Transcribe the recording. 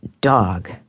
dog